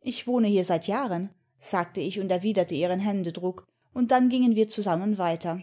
ich wohne hier seit jahren sagte ich und erwiderte ihren händedruck und dann gingen wir zusammen weiter